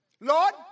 Lord